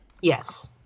Yes